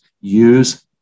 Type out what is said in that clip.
use